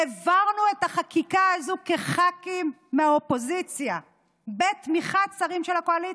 העברנו את החקיקה הזאת כח"כים מהאופוזיציה בתמיכת שרים של הקואליציה,